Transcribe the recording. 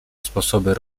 sposoby